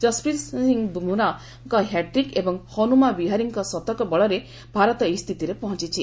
ଜସ୍ପ୍ରୀତ ବୁମ୍ରାଙ୍କ ହ୍ୟାଟ୍ରିକ ଏବଂ ହନୁମା ବିହାରୀଙ୍କ ଶତକ ବଳରେ ଭାରତ ଏହି ସ୍ଥିତିରେ ପହଞ୍ଚୁଛି